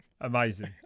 Amazing